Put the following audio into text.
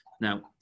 Now